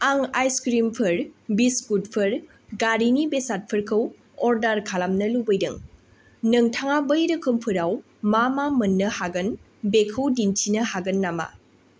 आं आइस क्रिमफोर बिस्कुटफोर गारिनि बेसादफोरखौ अर्डार खालामनो लुबैदों नोंथाङा बै रोखोमफोराव मा मा मोननो हागोन बेखौ दिन्थिनो हागोन नामा